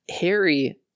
harry